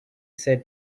said